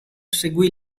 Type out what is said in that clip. seguì